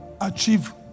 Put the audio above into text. achieve